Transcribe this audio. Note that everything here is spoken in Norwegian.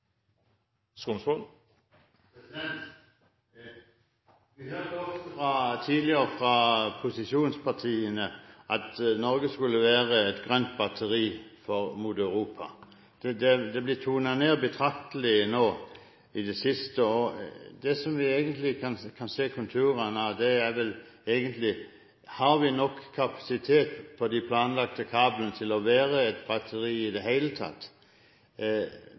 Vi hørte tidligere ofte fra posisjonspartiene at Norge skulle være et grønt batteri mot Europa. Det er blitt betraktelig tonet ned i det siste. Det vi kan se konturene av, er vel egentlig: Har de planlagte kablene nok kapasitet til i det hele tatt å være et batteri? Vil det